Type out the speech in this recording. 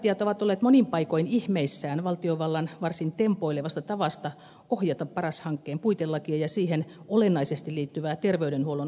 kuntapäättäjät ovat olleet monin paikoin ihmeissään valtiovallan varsin tempoilevasta tavasta ohjata paras hankkeen puitelakia ja siihen olennaisesti liittyvää terveydenhuollon uudistamista